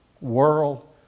world